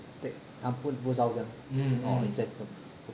她不不烧香 or incense